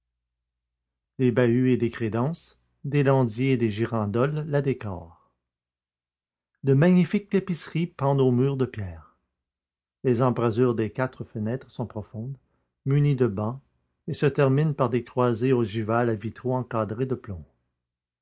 des bahuts et des crédences des landiers et des girandoles la décorent de magnifiques tapisseries pendent aux murs de pierre les embrasures des quatre fenêtres sont profondes munies de bancs et se terminent par des croisées ogivales à vitraux encadrés de plomb